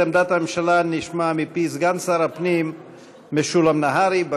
את עמדת הממשלה נשמע מפי סגן שר הפנים משולם נהרי.